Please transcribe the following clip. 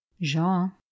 Jean